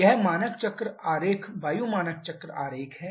यह मानक चक्र आरेख वायु मानक चक्र आरेख है